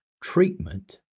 treatment